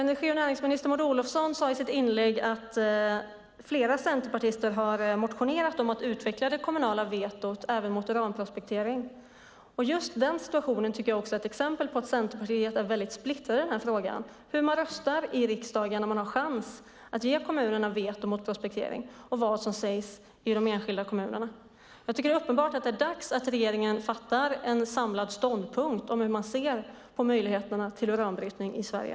Närings och energiminister Maud Olofsson sade i sitt inlägg att flera centerpartister motionerat om att utveckla det kommunala vetot även mot uranprospektering. Just den situationen är ett exempel på att Centerpartiet är splittrat i den här frågan, alltså hur man röstar i riksdagen när man har möjlighet att ge kommunerna veto mot prospektering och vad som sägs i de enskilda kommunerna. Det är uppenbart att det är dags för regeringen att presentera en samlad ståndpunkt om hur man ser på möjligheterna till uranbrytning i Sverige.